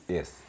Yes